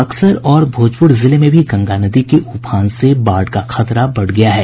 बक्सर और भोजपुर जिले में भी गंगा नदी के उफान से बाढ़ का खतरा बढ़ गया है